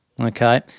Okay